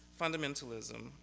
fundamentalism